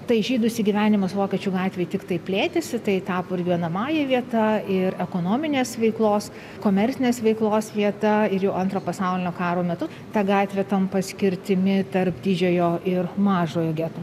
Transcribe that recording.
tai žydų įsigyvenimas vokiečių gatvėj tiktai plėtėsi tai tapo ir gyvenamąja vieta ir ekonominės veiklos komercinės veiklos vieta ir jau antro pasaulinio karo metu ta gatvė tampa skirtimi tarp didžiojo ir mažojo geto